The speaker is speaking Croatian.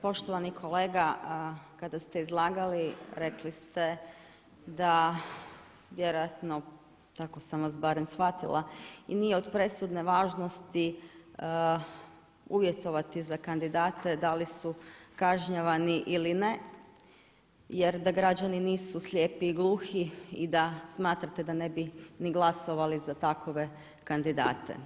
Poštovani kolega, kada ste izlagali rekli ste da vjerojatno, tako sam vas barem shvatila, i nije od presudne važnosti uvjetovati za kandidate da li su kažnjavani ili ne jer da građani nisu slijepi i gluhi i da smatrate da ne bi ni glasovali za takve kandidate.